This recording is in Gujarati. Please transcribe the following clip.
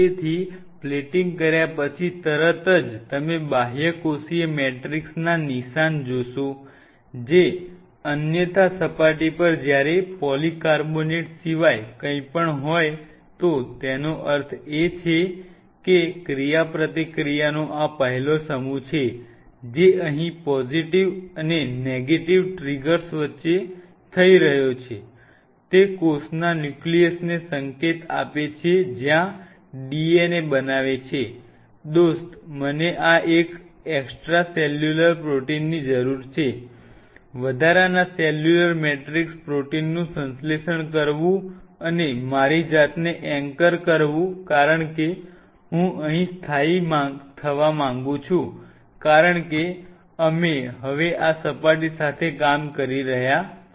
તેથી પ્લેટિંગ કર્યા પછી તરત જ તમે બાહ્યકોષીય મેટ્રિક્સના નિશાન જોશો જે અન્યથા સપાટી પર જ્યારે પોલીકાર્બોનેટ સિવાય કંઈપણ હોય તો તેનો અર્થ એ કે ક્રિયાપ્રતિક્રિયાનો આ પહેલો સમૂહ છે જે અહીં પોઝિટીવ અને નેગેટીવ ટ્રિગર્સ વચ્ચે થઈ રહ્યો છે તે કોષના ન્યુક્લિયસને સંકેત આપે છે જ્યાં DNA બનાવે છે દોસ્ત મને આ એક્સ્ટ્રા સેલ્યુલર પ્રોટીનની જરૂર છે વધારાના સેલ્યુલર મેટ્રિક્સ પ્રોટીનનું સંશ્લેષણ કરવું અને મારી જાતને એન્કર કરવું કારણ કે હું અહીં સ્થાયી થવા માંગુ છું કારણ કે અમે હવે આ સપાટી સાથે કામ કરી રહ્યા છીએ